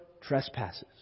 trespasses